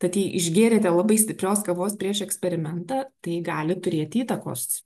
tad jei išgėrėte labai stiprios kavos prieš eksperimentą tai gali turėti įtakos